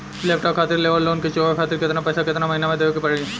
Laptop खातिर लेवल loan के चुकावे खातिर केतना पैसा केतना महिना मे देवे के पड़ी?